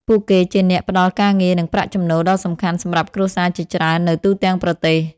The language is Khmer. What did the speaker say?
ពួកគេជាអ្នកផ្តល់ការងារ និងប្រាក់ចំណូលដ៏សំខាន់សម្រាប់គ្រួសារជាច្រើននៅទូទាំងប្រទេស។